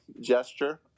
gesture